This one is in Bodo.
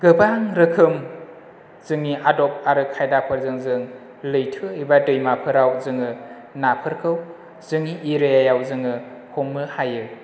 गोबां रोखोम जोंनि आदब आरो खायदाफोरजों जों लैथो एबा दैमाफोराव जोङो नाफोरखौ जोंनि एरियायाव जोङो हमनो हायो